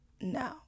No